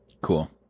Cool